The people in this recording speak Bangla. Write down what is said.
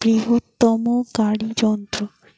বৃহত্তম গাড়ি যন্ত্র